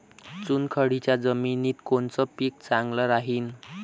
चुनखडीच्या जमिनीत कोनचं पीक चांगलं राहीन?